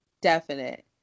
definite